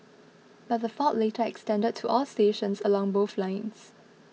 but the fault later extended to all stations along both lines